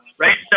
Right